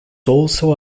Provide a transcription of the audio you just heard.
also